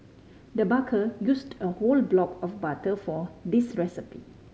the baker used a whole block of butter for this recipe